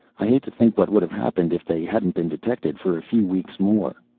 i hate to think what would have happened if they hadn't been detected for a few weeks more.